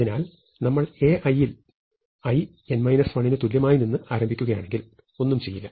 അതിനാൽ നമ്മൾ Ai ൽ i n 1 ന് തുല്യമായിനിന്ന് ആരംഭിക്കുകയാണെങ്കിൽ ഒന്നും ചെയ്യില്ല